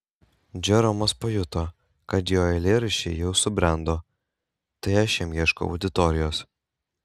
džeromas pajuto kad jo eilėraščiai jau subrendo tai aš jam ieškau auditorijos